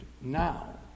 now